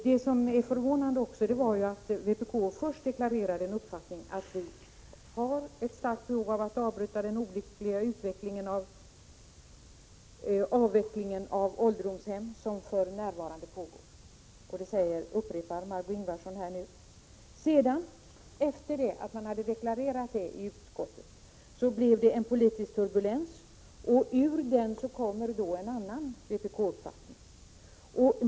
Det är också förvånande att vpk först deklarerade uppfattningen att det förelåg ett starkt behov av att avbryta den olyckliga avveckling av ålderdomshemmen som för närvarande pågår, vilket Margé Ingvardsson upprepade nu. Efter det att man hade deklarerat detta i utskottet blev det en politisk turbulens, och ur den kom en annan vpk-uppfattning.